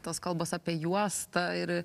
tos kalbos apie juostą ir